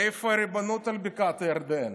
איפה הריבונות על בקעת הירדן?